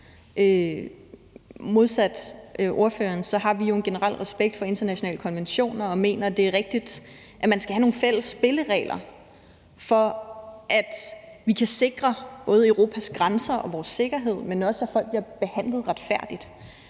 Modsat ordføreren har vi en generel respekt for internationale konventioner og mener, at det er rigtigt, at man skal have nogle fælles spilleregler, for at vi kan sikre både Europas grænser og vores sikkerhed, men også at folk bliver behandlet retfærdigt.